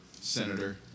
senator